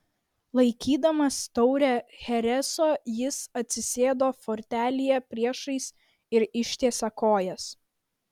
laikydamas taurę chereso jis atsisėdo fotelyje priešais ir ištiesė kojas